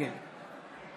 נגד קרן ברק, בעד ניר